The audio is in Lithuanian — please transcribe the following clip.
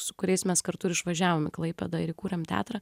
su kuriais mes kartu ir išvažiavom į klaipėdą ir įkūrėm teatrą